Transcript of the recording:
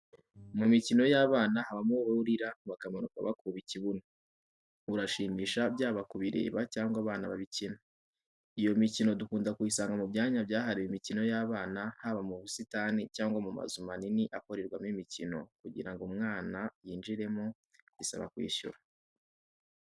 Mu mikino y'abana habamo uwo burira bakamanuka bakuba ikibuno, urashimisha byaba kubireba cyangwa abana babikina. Iyo mikino dukunda kuyisanga mu byanya byahariwe imikino y'abana haba mu busitani cyangwa mu mazu manini akorerwamo imikino kugira ngo umwana yinjiremo bisaba kwishyura.